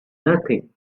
nothing